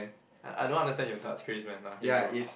I I don't understand your darts craze man nah here you go